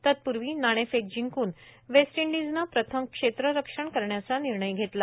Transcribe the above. तत्पूर्वी नाणेफेक जिंकूण वेस्ट इंडीजनं प्रथम क्षेत्ररक्षण करण्याचा निर्णय घेतला